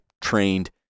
trained